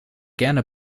gerne